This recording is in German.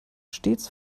stets